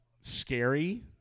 scary